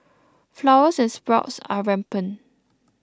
flowers and sprouts are rampant